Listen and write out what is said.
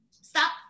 stop